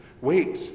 wait